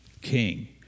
king